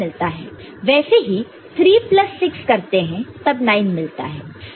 वैसे ही 3 प्लस 6 करते हैं तब 9 मिलता है